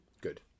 Good